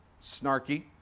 snarky